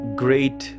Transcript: great